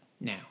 now